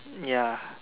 ya